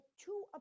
two